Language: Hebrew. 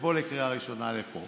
זה יבוא לקריאה ראשונה לפה